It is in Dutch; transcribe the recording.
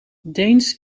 deens